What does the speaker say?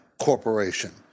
Corporation